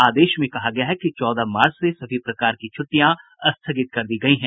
आदेश में कहा गया है कि चौदह मार्च से सभी प्रकार की छूटिटयां स्थगित कर दी गयी हैं